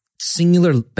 singular